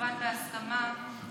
כמובן בהסכמה שאתה הסכמת,